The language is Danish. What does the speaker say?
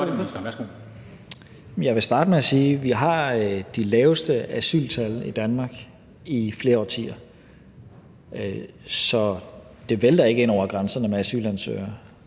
Jeg vil starte med at sige, at vi har de laveste asyltal i Danmark i flere årtier. Så det vælter ikke ind over grænserne med asylansøgere.